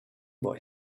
boy